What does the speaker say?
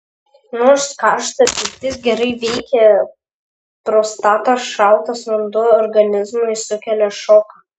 nors karšta pirtis gerai veikia prostatą šaltas vanduo organizmui sukelia šoką